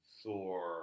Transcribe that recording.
Thor